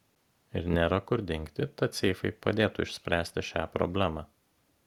ir nėra kur dingti tad seifai padėtų išspręsti šią problemą